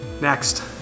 Next